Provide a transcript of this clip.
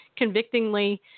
convictingly